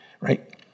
right